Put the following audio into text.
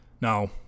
Now